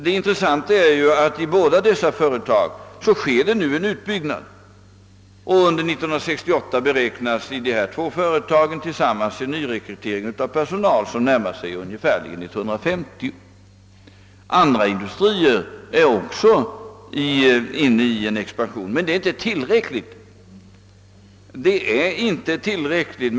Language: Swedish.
Det intressanta är att i båda dessa företag sker nu en utbyggnad, och de två företagen beräknas under 1968 tillsammans komma att nyrekrytera personal till ett antal av ungefär 150. Andra industrier är också inne i en expansion. Detta är emellertid inte tillräckligt.